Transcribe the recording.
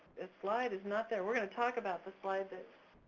this slide is not there. we're gonna talk about the slide that,